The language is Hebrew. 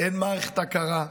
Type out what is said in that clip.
אין מערכת הכרה,